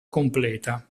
completa